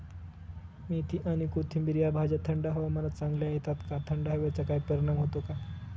मेथी आणि कोथिंबिर या भाज्या थंड हवामानात चांगल्या येतात का? थंड हवेचा काही परिणाम होतो का?